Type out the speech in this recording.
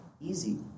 Easy